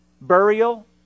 burial